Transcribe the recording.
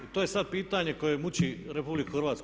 I to je sad pitanje koje muči RH.